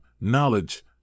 knowledge